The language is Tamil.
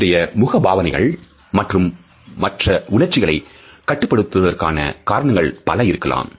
நம்முடைய முகபாவனைகளை மற்றும் உணர்ச்சிகளை கட்டுப்படுத்துவதற்கான காரணங்கள் பல இருக்கலாம்